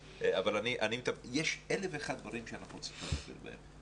יש אלף ואחד דברים שאנחנו צריכים לטפל בהם,